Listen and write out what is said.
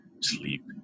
sleep